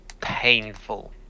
painful